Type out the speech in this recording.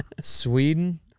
Sweden